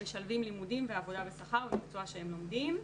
הם משלבים לימודים ועבודה בשכר במקצוע שהם לומדים.